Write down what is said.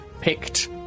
picked